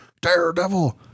Daredevil